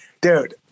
dude